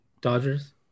Dodgers